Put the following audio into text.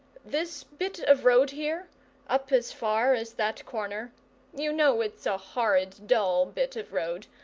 this bit of road here up as far as that corner you know it's a horrid dull bit of road.